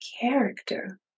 character